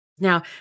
Now